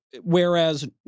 whereas